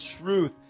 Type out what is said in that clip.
truth